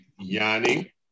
Yanni